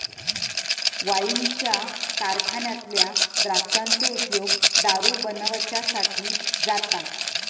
वाईनच्या कारखान्यातल्या द्राक्षांचो उपयोग दारू बनवच्यासाठी जाता